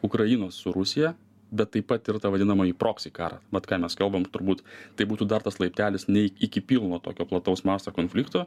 ukrainos su rusija bet taip pat ir tą vadinamąjį proksi ką vat ką mes kalbam turbūt tai būtų dar tas laiptelis ne iki pilno tokio plataus masto konflikto